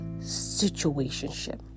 Situationship